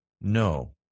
No